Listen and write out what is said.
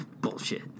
Bullshit